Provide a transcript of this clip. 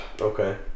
Okay